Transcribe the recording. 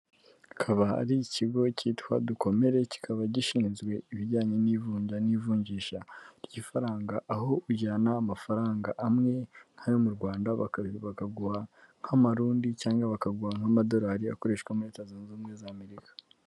Akaba ari ikigo cyitwa dukomere kikaba gishinzwe ibijyanye n'ivunja n'ivunjisha ry'ifaranga, aho ujyana amafaranga amwe nk'ayo mu Rwanda bakaguha nk'Amarundi cyangwa bakaguha nk'amadolari akoreshwa muri leta zunze ubumwe za Amerika.